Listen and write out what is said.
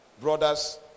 brothers